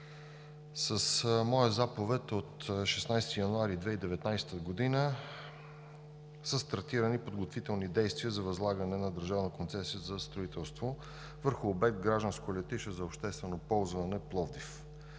С моя заповед от 16 януари 2019 г. са стартирани подготвителни действия за възлагане на държавна концесия за строителство върху обект „Гражданско летище за обществено ползване – Пловдив“.